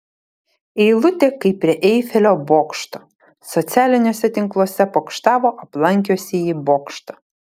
eilutė kaip prie eifelio bokšto socialiniuose tinkluose pokštavo aplankiusieji bokštą